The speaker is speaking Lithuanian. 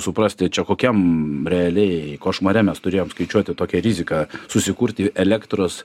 suprasti čia kokiam realiai košmare mes turėjom skaičiuoti tokią riziką susikurti elektros